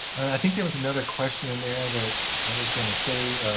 i think there was another question in there that i was going to say,